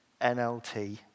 NLT